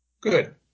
Good